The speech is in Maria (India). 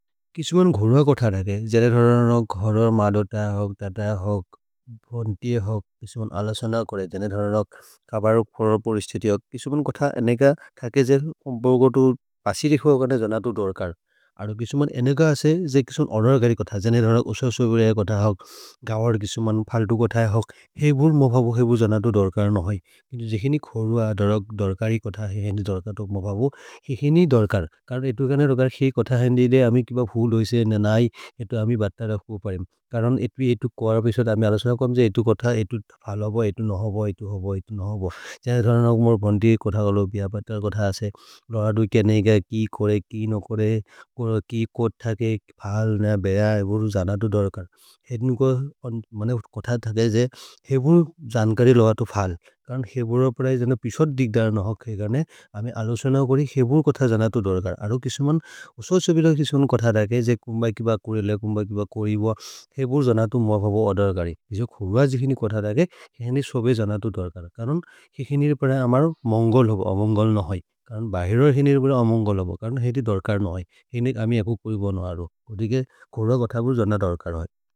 किसुमन् घोर्व कोथ रारे, जने धरनक् घोर्वर् मदोत हौक्, तत हौक्, भोन्ति हौक्। किसुमन् अलसन कोरे जने धरनक्, कब रुक् फोरोर् पोरिस्थेति हौक्। किसुमन् कोथ अनेक खकेजेर् उम्पर् गोतु पसिरि हौकने जनतु दोर्कर्। अरो किसुमन् अनेक असे, जने किसुमन् अरर्गरि कोथ, जने धरनक् उससुबुरे कोथ हौक्। गवर् किसुमन् फल्तु कोथ हौक्। हेबुर् मभबु हेबुर् जनतु दोर्कर् न है।